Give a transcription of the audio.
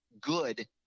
good